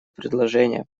предложение